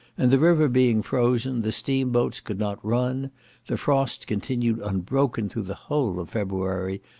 and the river being frozen, the steam-boats could not run the frost continued unbroken through the whole of february,